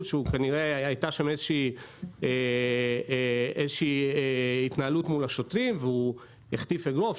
שכנראה הייתה שם איזושהי התנהלות מול השוטרים והוא החטיף אגרוף,